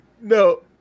No